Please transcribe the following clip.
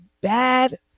bad